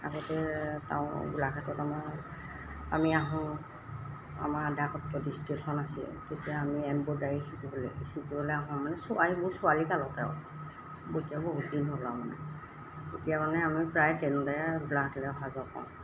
আগতে টাউন গোলাঘাটত আমাৰ আমি আহোঁ আমাৰ আদাকত্ৰত ষ্টেচন আছিল তেতিয়া আমি এম্ব্ৰইডাৰী শিকিবলৈ শিকিবলৈ আহোঁ মানে ছোৱালীবোৰ ছোৱালীকালতে আৰু বতিয়াব বহুতদিন হ'ল মানে তেতিয়া মানে আমি প্ৰায় ট্ৰেইনতে গোলাঘাটলৈ অহা যোৱা কৰোঁ